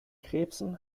krebsen